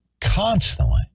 constantly